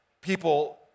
people